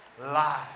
life